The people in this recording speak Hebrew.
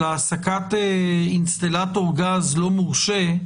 של העסקת אינסטלטור גז לא מורשה,